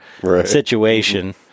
situation